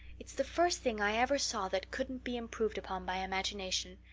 it's the first thing i ever saw that couldn't be improved upon by imagination.